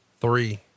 Three